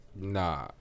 Nah